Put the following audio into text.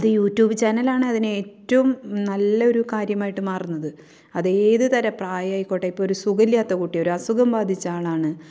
അത് YouTube ചാനലാണ് അതിന് ഏറ്റവും നല്ലൊരു കാര്യമായിട്ട് മാറുന്നത് അതേത് തരം പ്രായം ആയിക്കോട്ടെ ഒരു സുഖമില്ലാത്ത കുട്ടി ഒരു അസുഖം ബാധിച്ച ആളാണ്